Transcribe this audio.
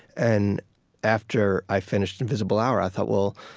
and after i finished invisible hour, i thought, well,